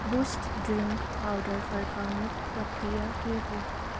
boost drink powder फर्काउने प्रक्रिया के हो